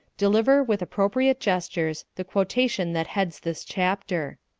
deliver, with appropriate gestures, the quotation that heads this chapter.